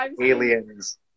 aliens